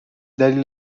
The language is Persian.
دلیل